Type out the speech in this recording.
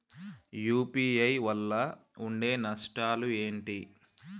UPI వల్ల ఉండే నష్టాలు ఏంటి??